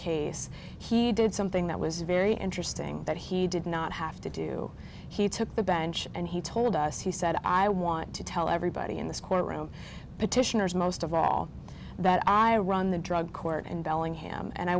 case he did something that was very interesting that he did not have to do he took the bench and he told us he said i want to tell everybody in this courtroom petitioner's most of all that i run the drug court in bellingham and i